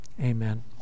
Amen